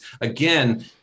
again